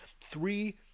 three